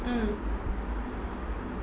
mm